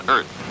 Earth